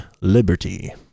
Liberty